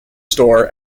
store